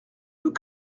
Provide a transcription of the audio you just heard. veut